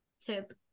tip